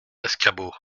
l’escabeau